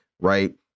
right